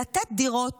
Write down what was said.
לתת דירות